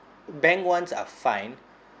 bank ones are fine